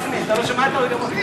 חבר הכנסת גפני, אתה לא שמעת גם אותי.